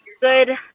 good